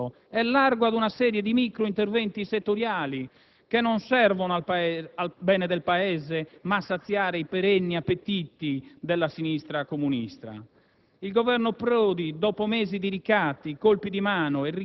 Quindi, via le buone intenzioni, altro che debito pubblico e largo ad una serie di microinterventi settoriali che non servono al bene del Paese, ma a saziare i perenni appetiti della sinistra comunista.